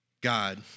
God